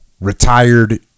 retired